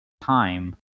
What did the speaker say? time